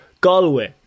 Galway